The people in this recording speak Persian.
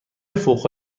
فوق